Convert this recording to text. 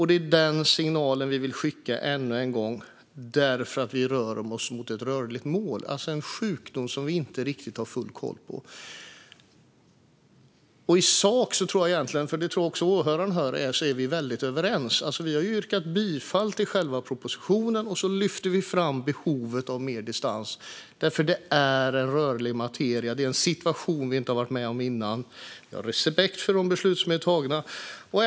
Det är denna signal som vi vill skicka ännu en gång, för vi rör oss mot ett rörligt mål: en sjukdom som vi inte har full koll på. I sak är vi väldigt överens, och detta tror jag att åhörarna hör. Vi har yrkat bifall till själva propositionen, och vi lyfter fram behovet av mer distans därför det är en rörlig materia och en situation som vi inte har varit med om tidigare. Jag har respekt för de beslut som tagits.